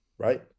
Right